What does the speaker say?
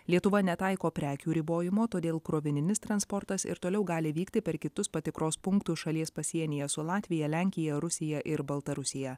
lietuva netaiko prekių ribojimo todėl krovininis transportas ir toliau gali vykti per kitus patikros punktus šalies pasienyje su latvija lenkija rusija ir baltarusija